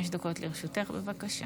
חמש דקות לרשותך, בבקשה.